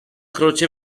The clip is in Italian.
croce